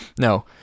no